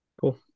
Cool